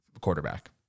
quarterback